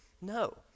No